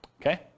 Okay